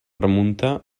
remunta